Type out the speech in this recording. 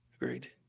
Agreed